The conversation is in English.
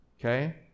okay